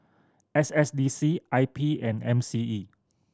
S S D C I P and M C E